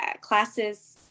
classes